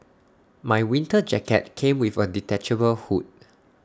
my winter jacket came with A detachable hood